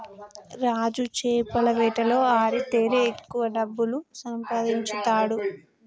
రాజు చేపల వేటలో ఆరితేరి ఎక్కువ డబ్బులు సంపాదించుతాండు